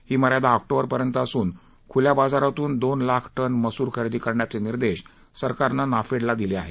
ही मर्यादा ऑक्टोबरपर्यंत असून खुल्या बाजारातून दोन लाख टन मसूर खरेदी करण्याचे निर्देश सरकारनं नाफेडला दिले आहेत